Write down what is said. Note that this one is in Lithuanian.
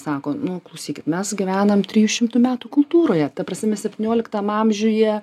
sako nu klausykit mes gyvenam trijų šimtų metų kultūroje ta prasme septynioliktam amžiuje